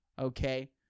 Okay